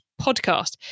podcast